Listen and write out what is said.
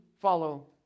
follow